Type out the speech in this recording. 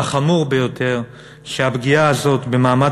והחמור ביותר הוא שהפגיעה הזאת במעמד